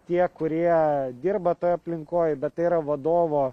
tie kurie dirba toj aplinkoj bet tai yra vadovo